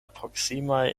proksimaj